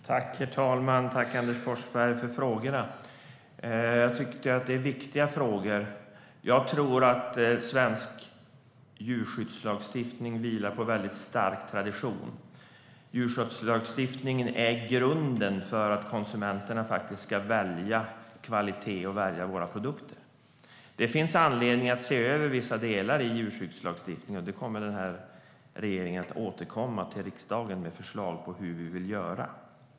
Herr talman! Tack, Anders Forsberg, för frågorna! Jag tycker att det är viktiga frågor. Jag tror att svensk djurskyddslagstiftning vilar på stark tradition. Djurskyddslagstiftningen är grunden för att konsumenterna ska välja kvalitet och välja våra produkter. Det finns anledning att se över vissa delar i djurskyddslagstiftningen, och den här regeringen återkommer till riksdagen med förslag på hur vi vill göra.